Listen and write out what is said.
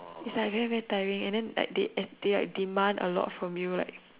it's like very very tiring and then that they demand a lot from you and like